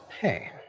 Hey